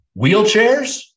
wheelchairs